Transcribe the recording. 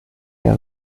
der